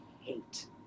hate